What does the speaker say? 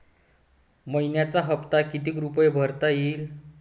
मइन्याचा हप्ता कितीक रुपये भरता येईल?